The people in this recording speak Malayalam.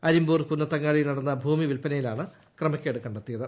അരിമ്പൂർ കുന്ന്ത്തങ്ങാടി യിൽ നടന്ന ഭൂമി വില്പനയിലാണ് ക്രമക്കേട്ട് കണ്ടെത്തിയത്